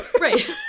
Right